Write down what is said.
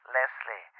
Leslie